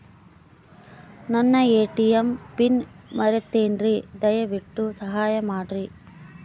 ನನ್ನ ATM pin ಮರೆತೇನ್ರೀ, ದಯವಿಟ್ಟು ಸಹಾಯ ಮಾಡ್ರಿ